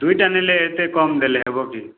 ଦୁଇଟା ନେଲେ ଏତେ କମ୍ ଦେଲେ ହେବ କି